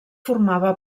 formava